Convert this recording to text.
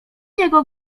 jego